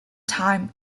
time